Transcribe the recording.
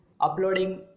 uploading